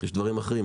יש דברים אחרים,